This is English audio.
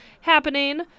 happening